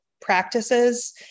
practices